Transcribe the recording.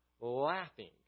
laughing